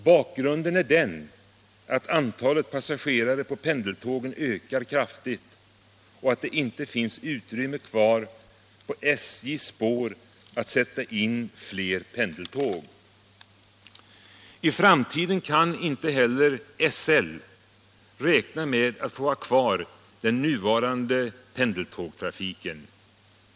Bakgrunden är den att antalet passagerare på pendeltågen ökar kraftigt och att det inte finns utrymme kvar på SJ:s spår att sätta in fler pendeltåg. I framtiden kan inte heller SL räkna med att få ha kvar den nuvarande pendeltågstrafiken.